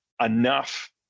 enough